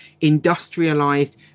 industrialized